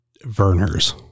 Verner's